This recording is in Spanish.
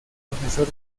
profesor